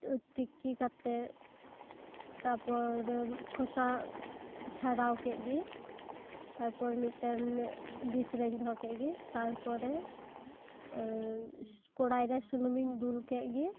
ᱛᱤᱠᱤ ᱠᱟᱛᱮᱫ ᱛᱟᱨᱯᱚᱨ ᱠᱷᱚᱥᱟ ᱪᱷᱟᱲᱟᱣ ᱠᱮᱫ ᱜᱮ ᱛᱟᱨᱯᱚᱨ ᱢᱤᱫᱴᱟᱱ ᱰᱤᱥᱨᱮᱧ ᱫᱚᱦᱚ ᱠᱮᱫ ᱜᱮ ᱛᱟᱨᱯᱚᱨᱮ ᱠᱚᱲᱟᱭ ᱨᱮ ᱥᱩᱱᱩᱢᱤᱧ ᱫᱩᱞ ᱠᱮᱫ ᱜᱮ